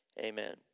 Amen